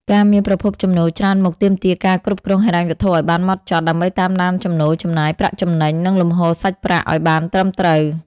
ការមានប្រភពចំណូលច្រើនមុខទាមទារការគ្រប់គ្រងហិរញ្ញវត្ថុឱ្យបានម៉ត់ចត់ ដើម្បីតាមដានចំណូល ចំណាយ ប្រាក់ចំណេញ និងលំហូរសាច់ប្រាក់ឱ្យបានត្រឹមត្រូវ។